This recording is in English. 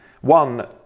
one